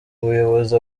ubuyobozi